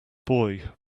boy